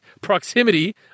proximity